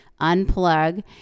unplug